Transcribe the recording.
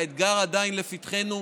האתגר עדיין לפתחנו.